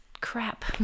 crap